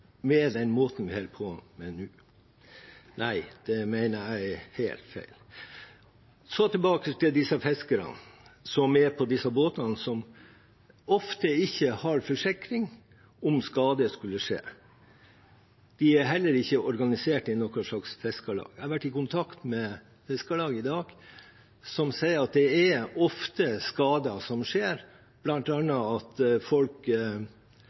med den måten vi nå holder på? Nei, det mener jeg er helt feil. Tilbake til fiskerne som er på disse båtene, og som ofte ikke har forsikring om skade skulle skje: De er heller ikke organisert i noe slags fiskerlag. Jeg har vært i kontakt med fiskerlag i dag som sier at folk ofte får skader, bl. a. at folk